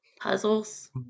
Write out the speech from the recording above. Puzzles